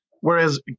Whereas